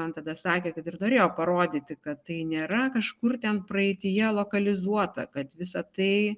man tada sakė kad ir norėjo parodyti kad tai nėra kažkur ten praeityje lokalizuota kad visa tai